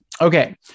Okay